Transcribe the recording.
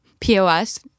POS